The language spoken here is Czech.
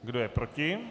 Kdo je proti?